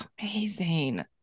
amazing